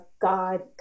God